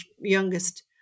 youngest